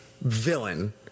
villain